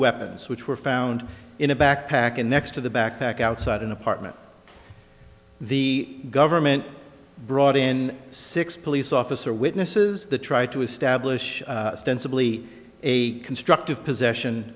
weapons which were found in a backpack and next to the backpack outside an apartment the government brought in six police officer witnesses the tried to establish stand simply a constructive possession